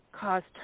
caused